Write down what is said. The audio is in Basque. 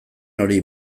hori